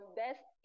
best